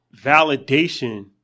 validation